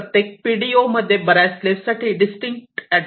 प्रत्येक PDO मध्ये बऱ्याच स्लेव्ह साठी डिस्टिंक्ट ऍड्रेस असतात